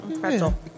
Pretzel